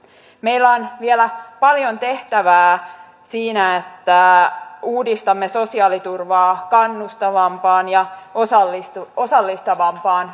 meillä on vielä paljon tehtävää siinä että uudistamme sosiaaliturvaa kannustavampaan ja osallistavampaan